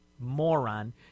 moron